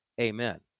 Amen